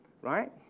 Right